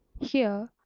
here,